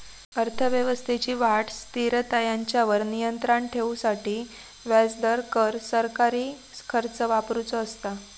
अर्थव्यवस्थेची वाढ, स्थिरता हेंच्यावर नियंत्राण ठेवूसाठी व्याजदर, कर, सरकारी खर्च वापरुचो असता